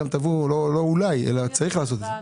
לא אולי, אלא צריך לעשות את זה.